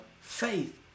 faith